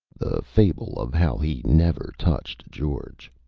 the fable of how he never touched george